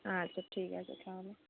আচ্ছা ঠিক আছে তাহলে